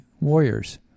warriors